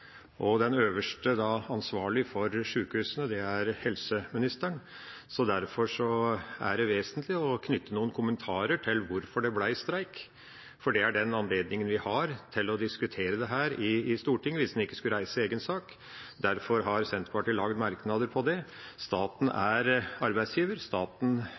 og den øverst ansvarlige for sjukehusene er helse- og omsorgsministeren. Derfor er det vesentlig å knytte noen kommentarer til hvorfor det ble streik, for det er den anledningen vi har til å diskutere dette i Stortinget hvis en ikke skulle reise en egen sak. Derfor har Senterpartiet skrevet merknader om det. Staten er arbeidsgiver, og staten